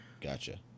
Gotcha